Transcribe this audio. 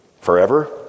Forever